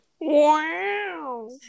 Wow